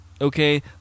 Okay